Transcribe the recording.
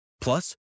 Plus